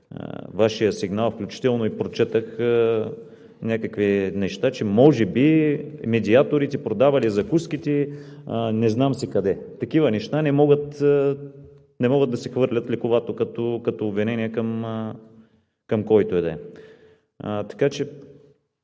Вашия сигнал включително и прочетох някакви неща, че може би медиаторите продавали закуските не знам си къде. Такива неща не могат да се хвърлят лековато като обвинение към който и да е.